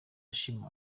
ashima